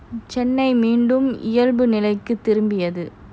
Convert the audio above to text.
சென்னை மீண்டும் இயல்பு நெளிகி திரும்பியது:chennai mendum eyalbu nelaiki thirumbiyathu